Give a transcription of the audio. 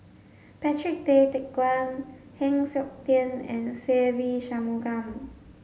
Patrick Tay Teck Guan Heng Siok Tian and Se Ve Shanmugam